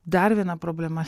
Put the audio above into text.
dar viena problema